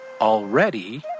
Already